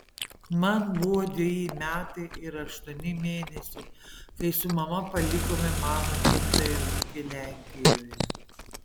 man buvo dveji metai ir aštuoni mėnesiai kai su mama palikome mano gimtąjį ūkį lenkijoje